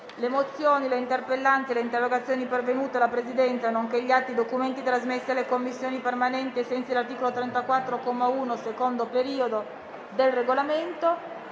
Le mozioni, le interpellanze e le interrogazioni pervenute alla Presidenza, nonché gli atti e i documenti trasmessi alle Commissioni permanenti ai sensi dell'articolo 34, comma 1, secondo periodo, del Regolamento